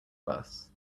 bus